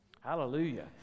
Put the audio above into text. Hallelujah